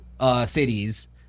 Cities